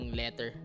letter